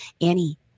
Annie